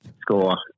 score